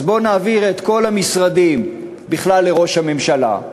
אז בואו נעביר את כל המשרדים בכלל לראש הממשלה,